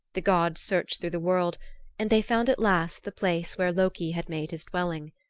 the gods searched through the world and they found at last the place where loki had made his dwelling.